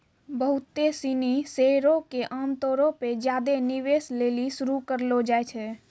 बहुते सिनी शेयरो के आमतौरो पे ज्यादे निवेश लेली शुरू करलो जाय छै